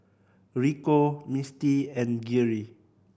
Rico Misti and Geary